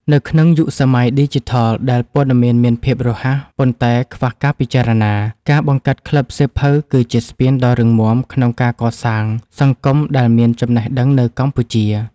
នៅក្នុងយុគសម័យឌីជីថលដែលព័ត៌មានមានភាពរហ័ស ប៉ុន្តែខ្វះការពិចារណា ការបង្កើតក្លឹបសៀវភៅគឺជាស្ពានដ៏រឹងមាំក្នុងការកសាង សង្គមដែលមានចំណេះដឹង នៅកម្ពុជា។